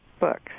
books